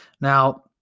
Now